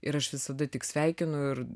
ir aš visada tik sveikinu ir